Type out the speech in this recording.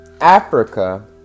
africa